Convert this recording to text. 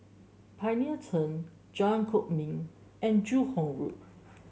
Pioneer Turn Jalan Kwok Min and Joo Hong Road